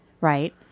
Right